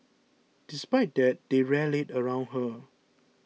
despite that they rallied around her